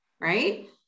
Right